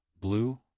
blue